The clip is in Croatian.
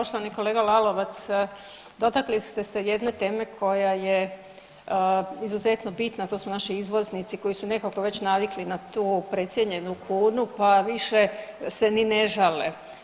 Poštovani kolega Lalovac, dotakli ste se jedne teme koja je izuzetno bitna, to su naši izvoznici koji su nekako već navikli na tu precijenjenu kunu pa više se ni ne žale.